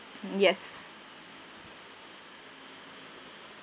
yes